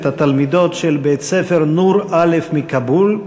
את התלמידות של בית-ספר "נור א'" מכאבול.